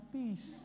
peace